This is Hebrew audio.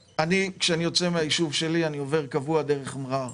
כשאני יוצא מהישוב שלי אני עובר קבוע דרך מרר.